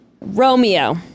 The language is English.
Romeo